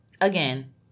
Again